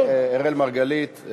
-- אדוני אראל מרגלית.